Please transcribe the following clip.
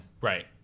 Right